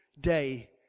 day